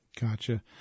Gotcha